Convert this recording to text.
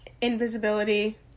invisibility